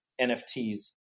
NFTs